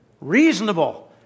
Reasonable